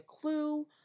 clue